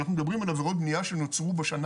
אנחנו מדברים על עבירות בנייה שנוצרו בשנה